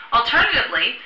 Alternatively